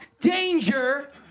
danger